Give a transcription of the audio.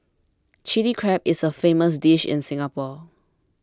Chilli Crab is a famous dish in Singapore